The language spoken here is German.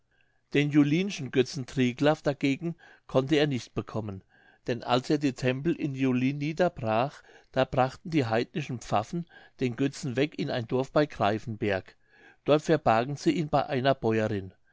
den julinschen götzen triglaf dagegen konnte er nicht bekommen denn als er die tempel in julin niederbrach da brachten die heidnischen pfaffen den götzen weg in ein dorf bei greifenberg dort verbargen sie ihn bei einer bäuerin